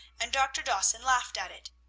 and dr. dawson laughed at it,